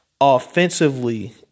offensively